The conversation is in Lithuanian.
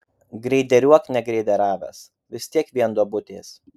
greideriuok negreideriavęs vis tiek vienos duobutės